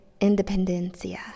Independencia